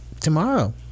tomorrow